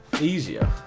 easier